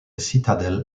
citadel